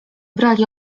brali